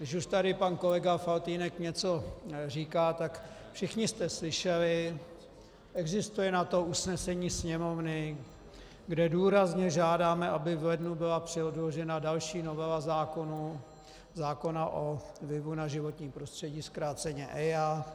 Když už tady pan kolega Faltýnek něco říká, tak všichni jste slyšeli, existuje na to usnesení Sněmovny, kde důrazně žádáme, aby v lednu byla předložena další novela zákona o vlivu na životní prostředí, zkráceně EIA.